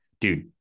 dude